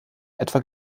etwa